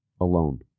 alone